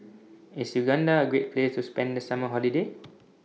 IS Uganda A Great Place to spend The Summer Holiday